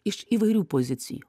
iš įvairių pozicijų